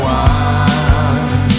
one